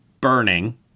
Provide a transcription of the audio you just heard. Burning